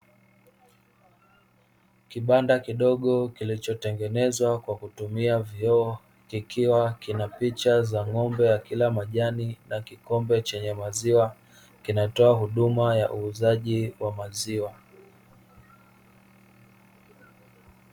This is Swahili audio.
Kibanda kidogo kilichotengenezwa kwa kutumia vioo kikiwa kina picha za ng'ombe ya kila majani na kikombe chenye maziwa kinatoa huduma ya uuzaji wa maziwa.